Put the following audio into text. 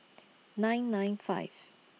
nine nine five